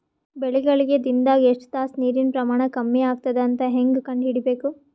ಬೆಳಿಗಳಿಗೆ ದಿನದಾಗ ಎಷ್ಟು ತಾಸ ನೀರಿನ ಪ್ರಮಾಣ ಕಮ್ಮಿ ಆಗತದ ಅಂತ ಹೇಂಗ ಕಂಡ ಹಿಡಿಯಬೇಕು?